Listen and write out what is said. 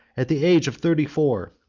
at the age of thirty-four,